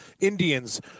Indians